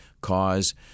cause